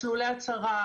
מסלולי הצהרה,